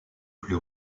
plus